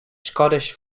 scottish